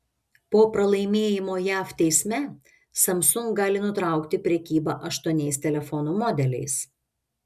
po pralaimėjimo jav teisme samsung gali nutraukti prekybą aštuoniais telefonų modeliais